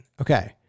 Okay